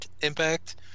Impact